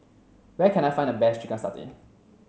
where can I find the best chicken satay